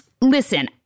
listen